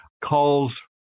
calls